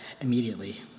immediately